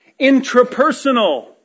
Intrapersonal